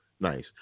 nice